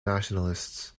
nationalists